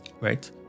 right